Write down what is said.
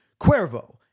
Cuervo